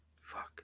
fuck